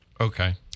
Okay